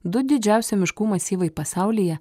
du didžiausi miškų masyvai pasaulyje